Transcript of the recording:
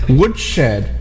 woodshed